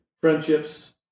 friendships